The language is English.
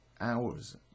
hours